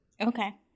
Okay